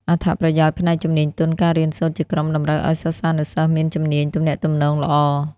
អត្ថប្រយោជន៍ផ្នែកជំនាញទន់ការរៀនសូត្រជាក្រុមតម្រូវឲ្យសិស្សានុសិស្សមាន ជំនាញទំនាក់ទំនង ល្អ។